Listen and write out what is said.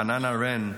תיקון עולם,